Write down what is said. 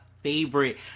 favorite